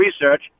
research